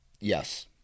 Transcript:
yes